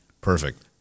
Perfect